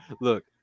Look